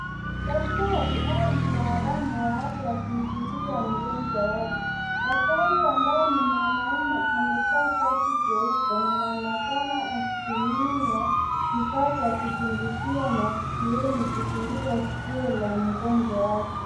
Daktari au mtaalamu wa afya akichunguza mgonjwa wake. Daktari ambayo ni mwanaume amevaa shati cheupe na anaonekana akitumia kifaa cha kuchunguzia masikioni kuchunguza sikio la mgonjwa wake.